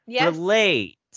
relate